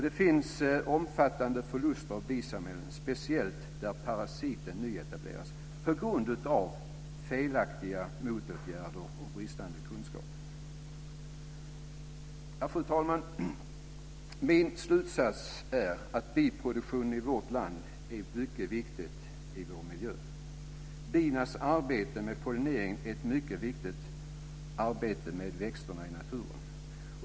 Det finns omfattande förluster av bisamhällen, speciellt där parasiten nyetableras, på grund av felaktiga motåtgärder och bristande kunskap. Fru talman! Min slutsats är att biproduktionen i vårt land är mycket viktig för vår miljö. Binas arbete med pollinering är ett mycket viktigt arbete med växterna i naturen.